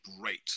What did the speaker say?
great